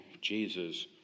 Jesus